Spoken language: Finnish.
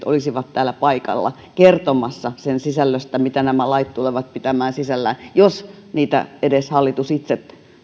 olisivat täällä paikalla kertomassa sen sisällöstä mitä nämä lait tulevat pitämään sisällään jos edes hallitus itse